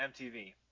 MTV